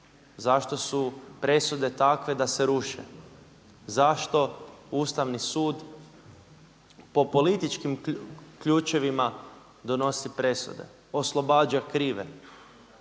zašto su presude takve da se ruše, zašto Ustavni sud po političkim ključevima donosi presude, oslobađa krive.